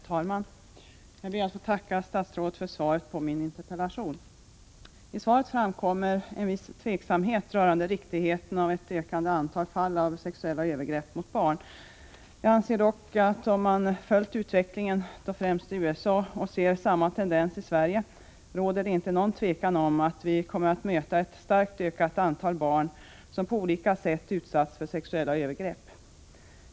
Herr talman! Jag ber att få tacka statsrådet för svaret på min interpellation. I svaret framkommer en viss tveksamhet rörande riktigheten av uppgifter 95 om ett ökande antal fall av sexuella övergrepp mot barn. Jag anser dock att det för den som följt utvecklingen, främst i USA, och som kan se samma tendens i Sverige inte råder någon tvekan om att vi kommer att möta ett starkt ökat antal barn som på olika sätt blivit föremål för sexuella övergrepp.